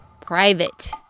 private